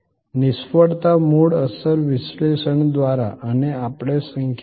તેથી નિષ્ફળતાના મુદ્દાઓને ઓળખો અમે નિષ્ફળ સલામત સુવિધાઓનું નિર્માણ વિશે પહેલેથી જ ચર્ચા કરીએ છીએ